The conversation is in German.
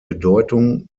bedeutung